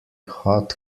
hot